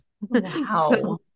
Wow